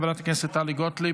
חברת הכנסת טלי גוטליב,